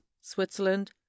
Switzerland